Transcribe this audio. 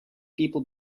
people